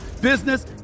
business